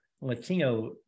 Latino